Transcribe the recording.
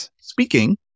speaking